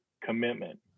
commitment